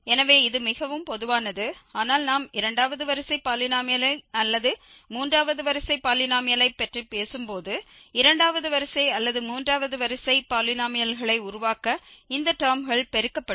எனவே இது மிகவும் பொதுவானது ஆனால் நாம் இரண்டாவது வரிசை பாலினோமியலை அல்லது மூன்றாவது வரிசை பாலினோமியலைப் பற்றி பேசும்போது இரண்டாவது வரிசை அல்லது மூன்றாவது வரிசை பாலினோமியல்களை உருவாக்க இந்த டெர்ம்கள் பெருக்கப்படும்